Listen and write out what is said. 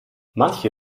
manche